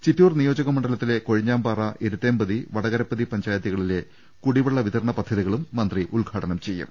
ചിറ്റൂർ നിയോജക മണ്ഡലത്തിലെ കൊഴിഞ്ഞാംപാറ എരുത്തേം പതി വടകരപതി പഞ്ചായത്തുകളിലെ കുടിവെള്ള വിതരണ പദ്ധതി കളും മന്ത്രി ഉദ്ഘാടനം ചെയ്യും